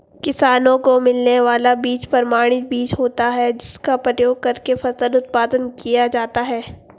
किसानों को मिलने वाला बीज प्रमाणित बीज होता है जिसका प्रयोग करके फसल उत्पादन किया जाता है